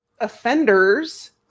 offenders